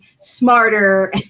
smarter